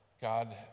God